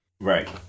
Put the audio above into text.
Right